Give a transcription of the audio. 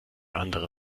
andere